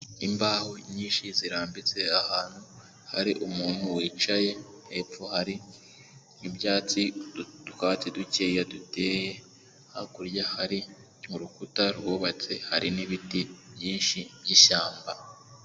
Imbaho nyinshi zirambitse ahantu hari umuntu wicaye hepfo hari ibyatsi, utwatsi dukeya duteyeye hakurya hari urukuta rwubatse hari n'ibiti byinshi by'ishyamba.